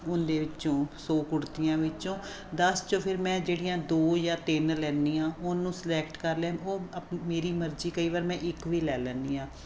ਉਹਦੇ ਵਿੱਚੋਂ ਸੌ ਕੁੜਤੀਆਂ ਵਿੱਚੋਂ ਦਸ 'ਚੋਂ ਫਿਰ ਮੈਂ ਜਿਹੜੀਆਂ ਦੋ ਜਾਂ ਤਿੰਨ ਲੈਂਦੀ ਹਾਂ ਉਹਨੂੰ ਸਲੈਕਟ ਕਰ ਲਿਆ ਉਹ ਅਪ ਮੇਰੀ ਮਰਜ਼ੀ ਕਈ ਵਾਰ ਮੈਂ ਇੱਕ ਵੀ ਲੈ ਲੈਂਦੀ ਹਾਂ